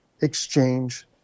exchange